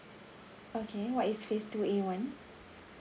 okay what is phase two A one